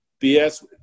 BS